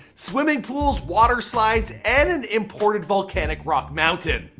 swimming pool, water slide, and an imported volcanic rock mountain.